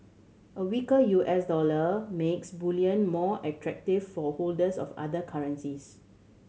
a weaker U S dollar makes bullion more attractive for holders of other currencies